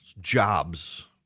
jobs